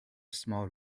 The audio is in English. small